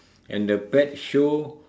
and the pet show